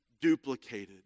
duplicated